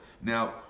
now